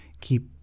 keep